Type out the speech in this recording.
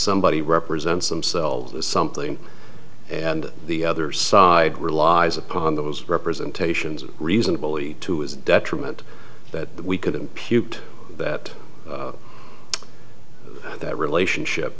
somebody represents themselves something and the other side relies upon those representations reasonably to its detriment that we couldn't peut that that relationship